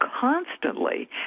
constantly